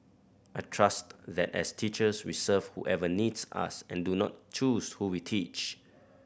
I trust that as teachers we serve whoever needs us and do not choose who we teach